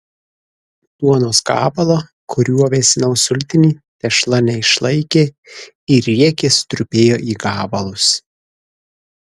duonos gabalo kuriuo vėsinau sultinį tešla neišlaikė ir riekė sutrupėjo į gabalus